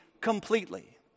completely